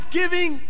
giving